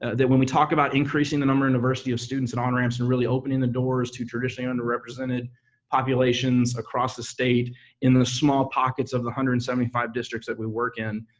that when we talk about increasing the number in diversity of students in onramps and really opening the doors to traditionally underrepresented populations across the state in the small pockets of the one hundred and seventy five districts that we work in,